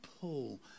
pull